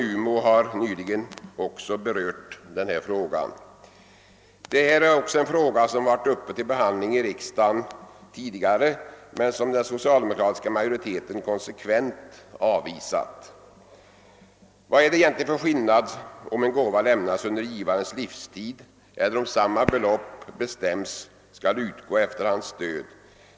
Detta är en fråga som tidigare varit uppe till behandling i riksdagen men som den socialdemokratiska majoriteten konsekvent avvisat. Det är svårt att förstå motivet för en sådan inställning. Vad är det egentligen för skillnad mellan om en gåva lämnas under givarens livstid eller om samma belopp bestäms skola utgå efter hans död?